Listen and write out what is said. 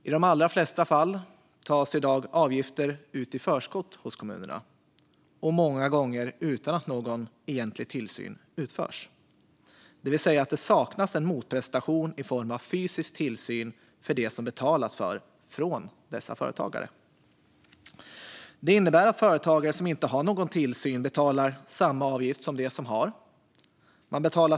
I de allra flesta fall tas i dag avgifter ut i förskott hos kommunerna, många gånger utan att någon egentlig tillsyn utförs. Det vill säga att det saknas en motprestation i form av fysisk tillsyn för det som betalats för av dessa företagare. Det innebär att företagare som inte har någon tillsyn betalar samma avgift som de som har.